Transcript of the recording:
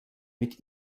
mit